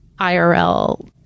IRL